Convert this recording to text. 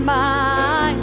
my